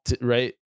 right